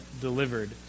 delivered